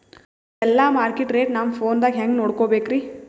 ಎಲ್ಲಾ market rate ನಮ್ ಫೋನದಾಗ ಹೆಂಗ ನೋಡಕೋಬೇಕ್ರಿ?